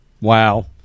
Wow